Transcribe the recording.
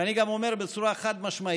ואני גם אומר בצורה חד-משמעית: